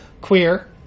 queer